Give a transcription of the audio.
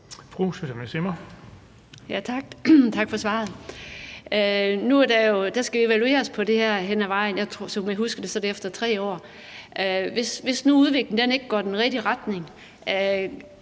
Susanne Zimmer (FG): Tak for svaret. Nu skal der jo evalueres på det her hen ad vejen – som jeg husker det, er det efter 3 år. Hvis udviklingen nu ikke går i den rigtige retning,